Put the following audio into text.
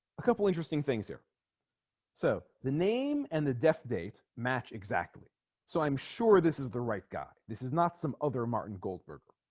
a couple interesting things here so the name and the death date match exactly so i'm sure this is the right guy this is not some other martin goldberg